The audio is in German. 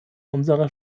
unserer